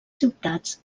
ciutats